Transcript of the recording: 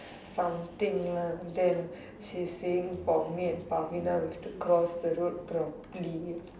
something lah then she saying for me and Pavina we've to cross the road properly